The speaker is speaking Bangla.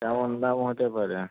কেমন দাম হতে পারে